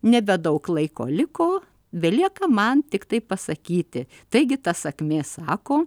nebedaug laiko liko belieka man tiktai pasakyti taigi ta sakmė sako